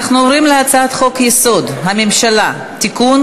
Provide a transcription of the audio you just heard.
אנחנו עוברים להצעת החוק הצעת חוק-יסוד: הממשלה (תיקון,